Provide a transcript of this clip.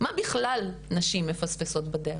מה בכלל נשים מפספסות בדרך,